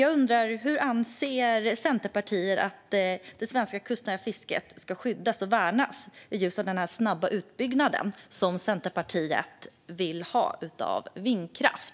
Jag undrar hur Centerpartiet anser att det svenska kustnära fisket ska skyddas och värnas i ljuset av den snabba utbyggnad som Centerpartiet vill ha av vindkraften.